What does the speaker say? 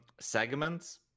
segments